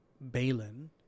Balin